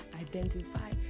identify